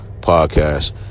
podcast